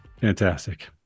fantastic